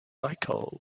michael